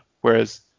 Whereas